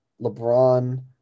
LeBron